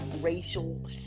racial